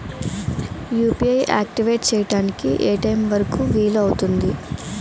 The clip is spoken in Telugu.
యు.పి.ఐ ఆక్టివేట్ చెయ్యడానికి ఏ టైమ్ వరుకు వీలు అవుతుంది?